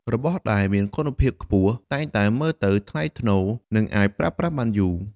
របស់ដែលមានគុណភាពខ្ពស់តែងតែមើលទៅថ្លៃថ្នូរ និងអាចប្រើប្រាស់បានយូរ។